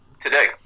today